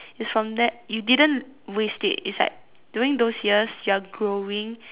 is from that you didn't waste it is like during those years you are growing